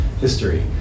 history